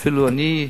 אפילו אני,